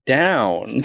down